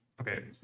Okay